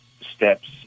steps